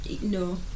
No